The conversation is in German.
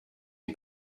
die